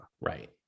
Right